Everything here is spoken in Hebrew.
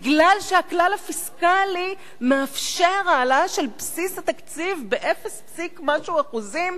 כי הכלל הפיסקלי מאפשר העלאה של בסיס התקציב באפס פסיק משהו אחוזים,